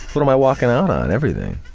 what am i walking out on? everything.